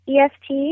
EFT